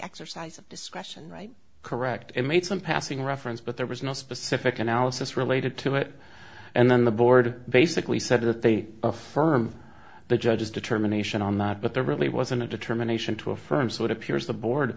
exercise of discretion right correct i made some passing reference but there was no specific analysis related to it and then the board basically said that they affirm the judge's determination on that but there really wasn't a determination to affirm so it appears the board